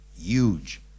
huge